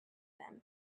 them